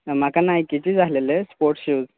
म्हाका नायकीचे जाय आसलेले स्पोट शूज